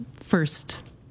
first